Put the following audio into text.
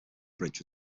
bridge